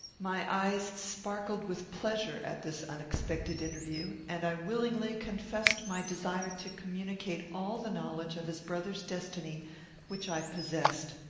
my eyes sparkled with pleasure at this unexpected interview, and i willingly confessed my desire to communicate all the knowledge of his brother's destiny which i possessed.